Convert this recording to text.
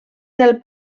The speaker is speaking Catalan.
del